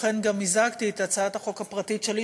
לכן גם מיזגתי את הצעת החוק הפרטית שלי,